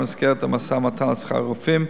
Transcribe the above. גם במסגרת המשא-ומתן על שכר הרופאים,